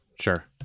Sure